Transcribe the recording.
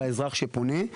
לאזרח שפונה,